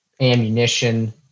ammunition